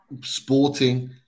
Sporting